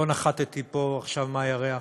לא נחתתי פה עכשיו מהירח,